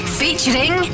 featuring